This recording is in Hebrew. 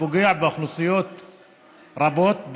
פוגע באוכלוסיות רבות,